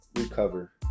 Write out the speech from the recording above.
recover